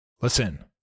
Listen